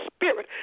Spirit